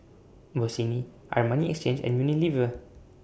Bossini Armani Exchange and Unilever